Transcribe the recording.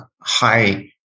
high